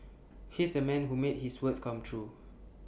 he's A man who made his words come true